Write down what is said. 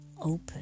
open